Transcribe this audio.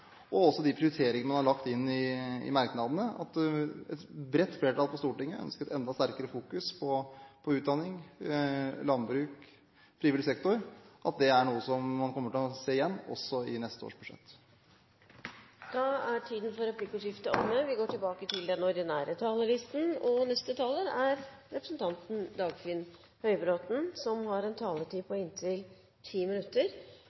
og også de prioriteringene man har lagt inn i merknadene. Et bredt flertall på Stortinget ønsker et enda sterkere fokus på utdanning, landbruk og frivillig sektor, og dette er nok noe man kommer til å se igjen også i neste års budsjett. Replikkordskiftet er omme. Utenriks- og forsvarskomiteens budsjettinnstilling dreier seg ikke bare om bevilgningsvedtak. I begrunnelsene for bevilgningene bekreftes oppslutningen om sentrale pilarer i norsk utenrikspolitikk. Den som vil lete etter hva som er praktisk politikk og